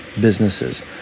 businesses